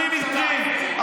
מי ייתן לך אותם?